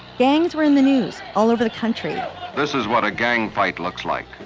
gangs were in the news all over the country this is what a gang fight looks like.